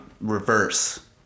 reverse